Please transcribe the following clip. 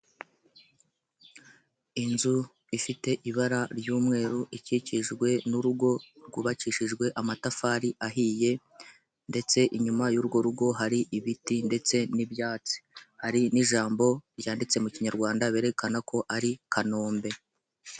Inzu ifite ibara ry'umweru, ikikijwe n'urugo rwubakishijwe amatafari ahiye, ndetse inyuma y'urwo rugo hari ibiti ndetse n'ibyatsi hari n'ijambo ryanditse mu kinyarwanda berekana ko ar' i kanombe